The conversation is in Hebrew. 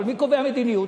אבל מי קובע מדיניות?